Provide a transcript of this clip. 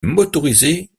motorisés